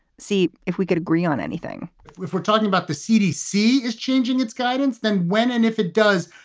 see if we could agree on anything if we're talking about the cdc is changing its guidance, then when and if it does.